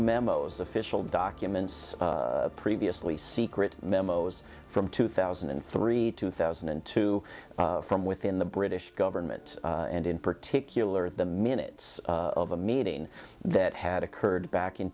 memos official documents previously secret memos from two thousand and three two thousand and two from within the british government and in particular the minutes of a meeting that had occurred back in